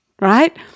Right